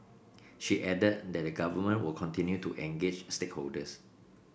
she added that the government will continue to engage stakeholders